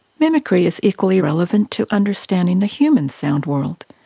mimicry is equally relevant to understanding the human sound world.